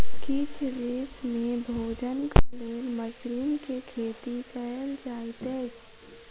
किछ देस में भोजनक लेल मशरुम के खेती कयल जाइत अछि